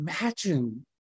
imagine